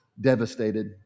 devastated